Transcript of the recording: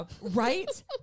Right